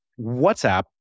WhatsApp